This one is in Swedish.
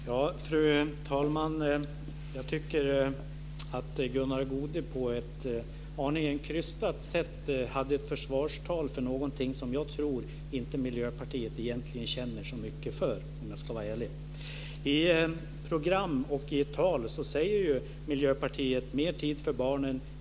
Fru talman! Jag tycker att Gunnar Goude på ett aningen krystat sätt höll ett försvarstal för någonting som jag inte tror att Miljöpartiet egentligen känner så mycket för, om jag ska vara ärlig. I program och i tal säger ju Miljöpartiet: "Mer tid för barnen".